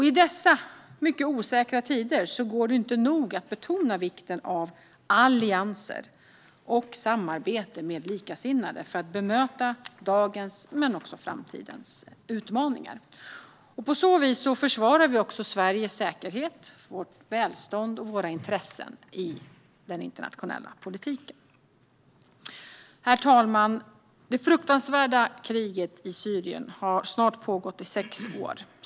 I dessa mycket osäkra tider går det inte att nog betona vikten av allianser och samarbete med likasinnade för att möta dagens men också framtidens utmaningar. På så vis försvarar vi också Sveriges säkerhet, välstånd och intressen i den internationella politiken. Herr talman! Det fruktansvärda kriget i Syrien har snart pågått i sex år.